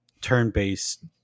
turn-based